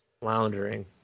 floundering